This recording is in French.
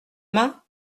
main